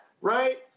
right